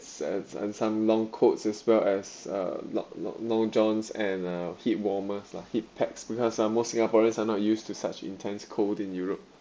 se~ s~ and some long coats as well as uh lo~ lo~ long johns and uh heat warmers lah heat packs because uh most singaporeans are not used to such intense cold in europe